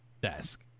desk